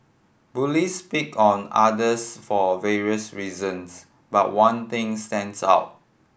bullies pick on others for various reasons but one thing stands out